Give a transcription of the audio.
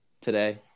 today